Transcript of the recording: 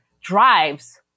drives